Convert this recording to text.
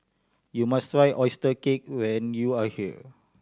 you must try oyster cake when you are here